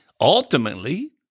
Ultimately